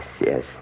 yes